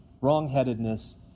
wrongheadedness